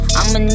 I'ma